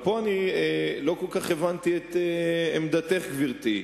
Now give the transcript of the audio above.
לא כל כך הבנתי את עמדתך, גברתי,